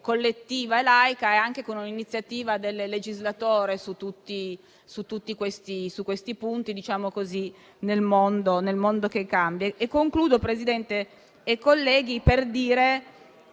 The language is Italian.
collettiva e laica, anche con un'iniziativa del legislatore su tutti questi punti nel mondo che cambia.